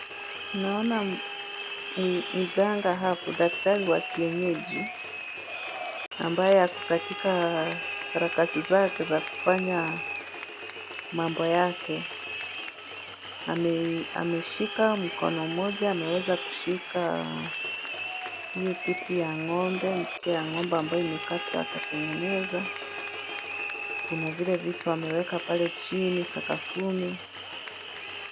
Naona mganga au daktari wa kienyeji ambaye ako katika sarakasi zake za kufanya mambo yake. Ameshika mkono moja ameweza kushika hiyo kitu ya ng'ombe; mkia ya ng'ombe ambayo imekatwa akatengeneza. Kuna vile vitu ameweka pale chini sakafuni.